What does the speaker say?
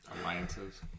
alliances